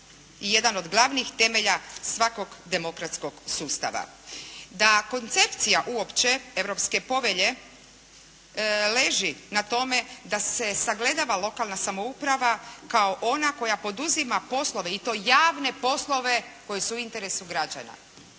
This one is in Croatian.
i jedan od glavnih temelja svakog demokratskog sutava. Da koncepcija uopće europske povelje leži na tome da se sagledava lokalna samouprava kao ona koja poduzima poslove i to javne poslove koji su u interesu građana.